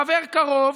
הוא חבר קרוב